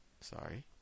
Sorry